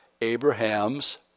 Abraham's